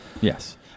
Yes